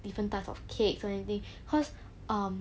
different types of cakes or anything cause um